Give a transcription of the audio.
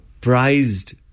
prized